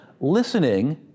listening